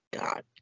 God